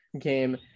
game